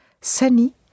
sunny